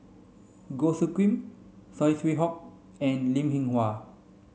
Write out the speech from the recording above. Goh Soo Khim Saw Swee Hock and Linn In Hua